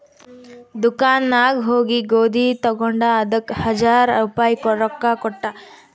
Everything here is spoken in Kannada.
ದುಕಾನ್ ನಾಗ್ ಹೋಗಿ ಗೋದಿ ತಗೊಂಡ ಅದಕ್ ಹಜಾರ್ ರುಪಾಯಿ ರೊಕ್ಕಾ ಕೊಟ್ಟ